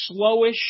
slowish